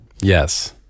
Yes